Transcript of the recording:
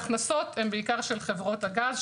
ההכנסות הן בעיקר של חברות הגז,